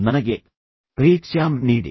ನನಗೆ ರೀಕ್ಸಾಮ್ ನೀಡಿ